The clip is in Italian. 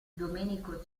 domenico